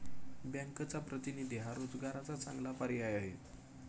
बँकचा प्रतिनिधी हा रोजगाराचा चांगला पर्याय आहे